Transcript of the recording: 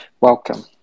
Welcome